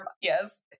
yes